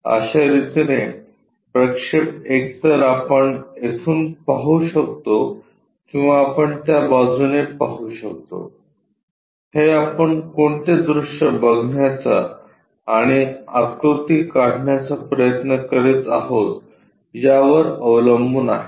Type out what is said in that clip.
या अश्या रितीने प्रक्षेप एकतर आपण येथून पाहू शकतो किंवा आपण त्या बाजूने पाहू शकतो हे आपण कोणते दृश्य बघण्याचा आणि आकृती काढण्याचा प्रयत्न करीत आहोत यावर अवलंबून आहे